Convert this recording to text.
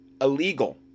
illegal